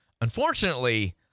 Unfortunately